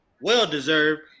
Well-deserved